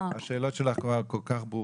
השאלות שלך כבר כל כך ברורות.